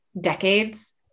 decades